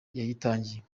yayitangiye